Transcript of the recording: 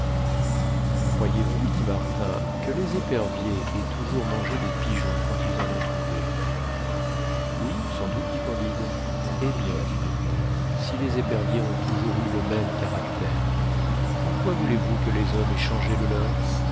croyez-vous dit martin que les éperviers aient toujours mangé des pigeons quand ils en ont trouvé oui sans doute dit candide eh bien dit martin si les éperviers ont toujours eu le même caractère pourquoi voulez-vous que les hommes aient changé le leur